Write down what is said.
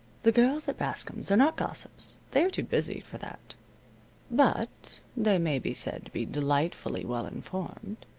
the girls at bascom's are not gossips they are too busy for that but they may be said to be delightfully well informed.